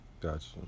gotcha